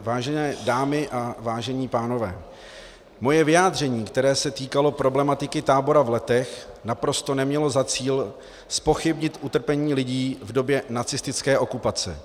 Vážené dámy a vážení pánové, moje vyjádření, které se týkalo problematiky tábora v Letech, naprosto nemělo za cíl zpochybnit utrpení lidí v době nacistické okupace.